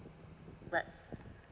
right